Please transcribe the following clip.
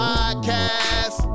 Podcast